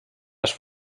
les